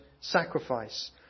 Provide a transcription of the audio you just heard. sacrifice